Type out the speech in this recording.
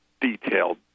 detailed